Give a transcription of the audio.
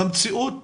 במציאות